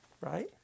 right